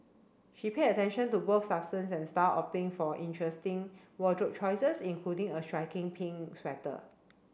she paid attention to both substance and style opting for interesting wardrobe choices including a striking pink sweater